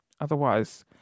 Otherwise